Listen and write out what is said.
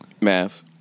Math